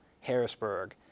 Harrisburg